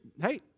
hey